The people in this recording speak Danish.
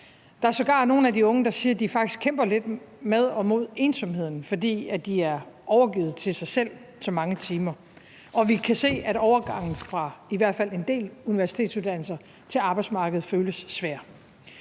Der er sågar nogle af de unge, der siger, at de faktisk kæmper lidt med og mod ensomheden, fordi de er overgivet til sig selv så mange timer, og vi kan se, at overgangen fra i hvert fald en del universitetsuddannelser til arbejdsmarkedet føles svær.